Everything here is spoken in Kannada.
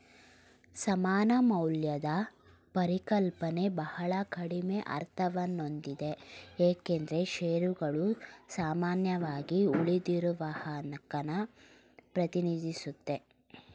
ಸಮಾನ ಮೌಲ್ಯದ ಪರಿಕಲ್ಪನೆ ಬಹಳ ಕಡಿಮೆ ಅರ್ಥವನ್ನಹೊಂದಿದೆ ಏಕೆಂದ್ರೆ ಶೇರುಗಳು ಸಾಮಾನ್ಯವಾಗಿ ಉಳಿದಿರುವಹಕನ್ನ ಪ್ರತಿನಿಧಿಸುತ್ತೆ